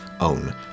own